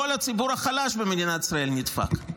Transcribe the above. כל הציבור החלש במדינת ישראל נדפק.